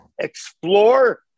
explore